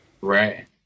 right